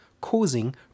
causing